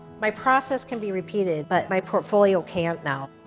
my process can be repeated, but my portfolio can't, now.